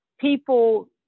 people